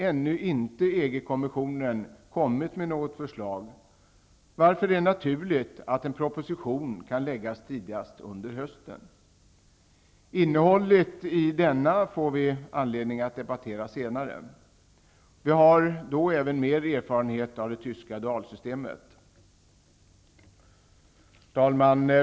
Ännu har EG konventionen inte kommit med något förslag, varför det är naturligt att en proposition kan läggas fram tidigast under hösten. Innehållet i denna får vi anledning att diskutera senare. Vi har då även mer erfarenhet av det tyska DUAL-systemet. Herr talman!